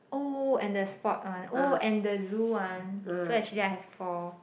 oh and the sport one oh and the zoo one so actually I have four